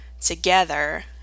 together